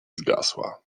zgasła